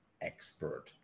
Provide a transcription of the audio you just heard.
expert